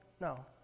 No